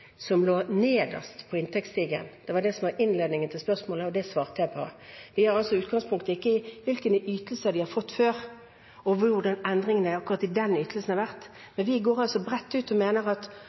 som ligger nederst på inntektsstigen. Det var det som var innledningen til spørsmålet, og det svarte jeg på. Vi har altså i utgangspunktet ikke en oversikt over hvilke ytelser de har fått før, og over hva endringene i akkurat den ytelsen har vært. Men vi går altså bredt ut og mener at